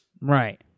right